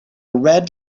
red